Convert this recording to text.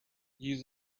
use